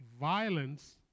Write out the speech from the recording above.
violence